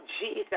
Jesus